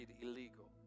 Illegal